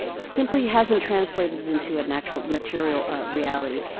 it simply hasn't translated into a natural material reality.